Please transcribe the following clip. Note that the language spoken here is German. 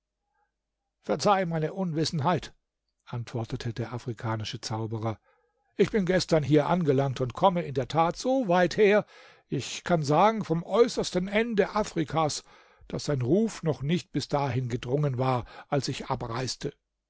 verzeih meine unwissenheit antwortete der afrikanische zauberer ich bin gestern hier angelangt und komme in der tat so weit her ich kann sagen vom äußersten ende afrikas daß sein ruf noch nicht bis dahin gedrungen war als ich abreiste